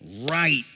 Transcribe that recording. right